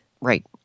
right